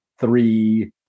three